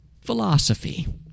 Philosophy